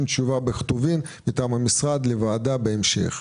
תשובה כתובה מטעם המשרד לוועדה בהמשך.